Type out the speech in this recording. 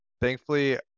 thankfully